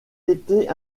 été